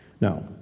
Now